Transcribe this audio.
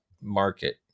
market